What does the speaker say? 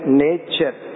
nature